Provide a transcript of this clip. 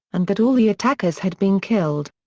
and that all the attackers had been killed.